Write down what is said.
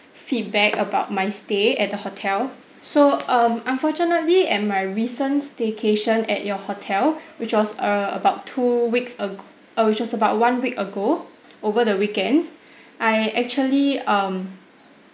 feedback about my stay at the hotel so um unfortunately at my recent staycation at your hotel which was err about two weeks ag~ uh which was about one week ago over the weekends I actually um